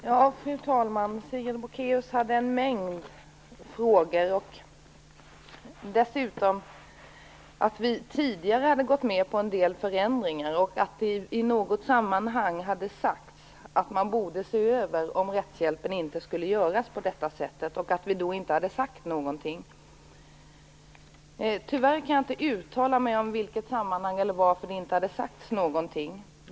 Fru talman! Sigrid Bolkéus hade en mängd frågor. Dessutom skulle vi tidigare ha gått med på en del förändringar. I något sammanhang skulle det ha sagts att man borde se över detta om rättshjälpen inte skulle förändras på det aktuella sättet. Vi skulle då inte ha sagt någonting. Tyvärr kan jag inte uttala mig om sammanhang eller om orsaker till att inte någonting hade sagts.